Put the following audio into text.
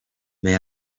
may